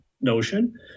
notion